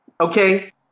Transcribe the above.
Okay